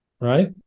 Right